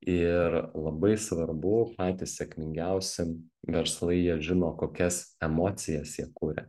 ir labai svarbu patys sėkmingiausi verslai jie žino kokias emocijas jie kuria